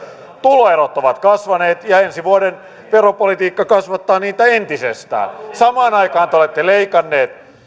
tuloerot ovat kasvaneet ja ensi vuoden veropolitiikka kasvattaa niitä entisestään samaan aikaan te olette leikanneet